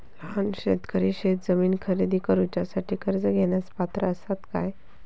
लहान शेतकरी शेतजमीन खरेदी करुच्यासाठी कर्ज घेण्यास पात्र असात काय?